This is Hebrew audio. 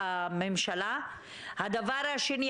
שנית,